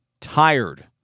tired